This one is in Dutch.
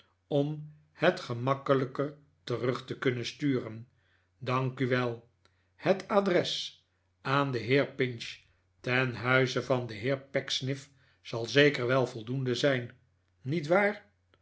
om het gemakkelijker terug te kunnen sturen dank u het adres aan den heer pinch ten huize van den heer pecksniff zal zeker wel voldoende zijn niet waar